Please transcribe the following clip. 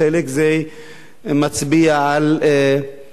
זה מצביע על שיש,